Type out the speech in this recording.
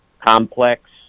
complex